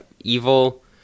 evil